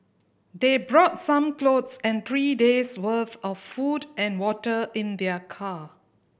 they brought some clothes and three days' worth of food and water in their car